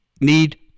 need